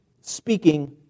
speaking